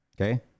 Okay